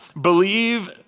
believe